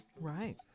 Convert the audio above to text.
Right